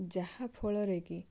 ଯାହା ଫଳରେ କି